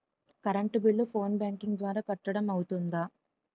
Current bill phone banking ద్వారా కట్టడం అవ్తుందా?